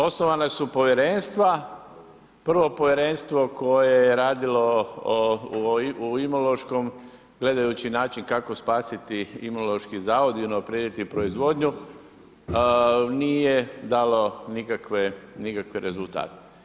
Osnovana su povjerenstva, prvo povjerenstvo koje je radilo u Imunološkom, gledajući način kako spasiti Imunološki zavod i unaprijediti proizvodnju, nije dalo nikakve rezultate.